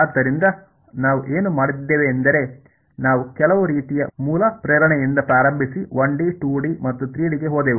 ಆದ್ದರಿಂದ ನಾವು ಏನು ಮಾಡಿದ್ದೇವೆಂದರೆ ನಾವು ಕೆಲವು ರೀತಿಯ ಮೂಲ ಪ್ರೇರಣೆಯಿಂದ ಪ್ರಾರಂಭಿಸಿ 1 D 2 D ಮತ್ತು 3 D ಗೆ ಹೋದೆವು